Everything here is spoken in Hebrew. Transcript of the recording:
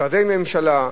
משרדי ממשלה,